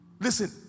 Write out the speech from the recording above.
Listen